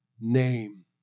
name